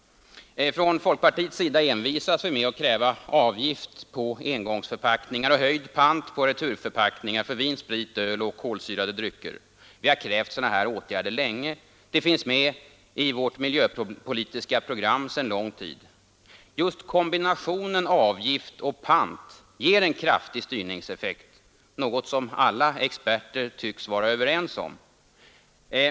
Från folkpartiets sida envisas vi med att kräva avgift på engångsförpackningar och höjd pant på returförpackningar på vin, sprit, öl och kolsyrade drycker. Vi har krävt sådana här åtgärder länge. De finns med i vårt miljöpolitiska program sedan lång tid. Just kombinationen avgift-pant ger en kraftig styrningseffekt, något som alla experter tycks vara överens om.